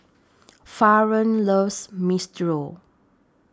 Faron loves Minestrone